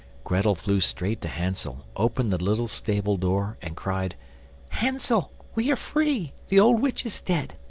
grettel flew straight to hansel, opened the little stable-door, and cried hansel, we are free the old witch is dead.